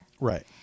Right